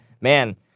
Man